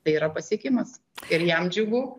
tai yra pasiekimas ir jam džiugu